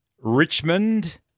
Richmond –